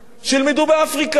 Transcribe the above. שילמדו באפריקה,